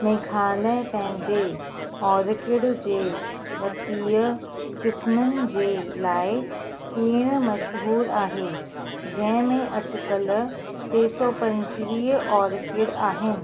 मेघालय पंहिंजे ऑर्किड जे वसीउ क़िस्मुनि जे लाइ पिणु मशहूरु आहे जंहिंमें अटिकल टे सौ पंजुवीह ऑर्किड आहिनि